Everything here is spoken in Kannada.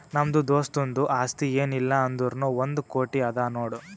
ನಮ್ದು ದೋಸ್ತುಂದು ಆಸ್ತಿ ಏನ್ ಇಲ್ಲ ಅಂದುರ್ನೂ ಒಂದ್ ಕೋಟಿ ಅದಾ ನೋಡ್